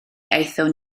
aethon